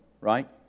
right